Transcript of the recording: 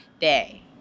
day